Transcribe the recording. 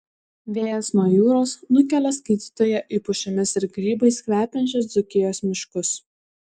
vėjas nuo jūros nukelia skaitytoją į pušimis ir grybais kvepiančius dzūkijos miškus